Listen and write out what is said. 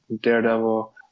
Daredevil